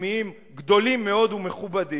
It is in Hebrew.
מוסלמיים גדולים מאוד ומכובדים,